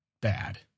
bad